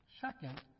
Second